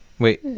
Wait